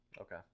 Okay